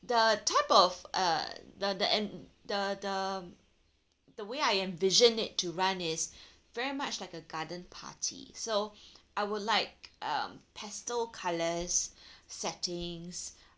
the type of uh the the and the the the way I envision it to run is very much like a garden party so I would like um pastel colours settings